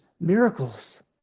miracles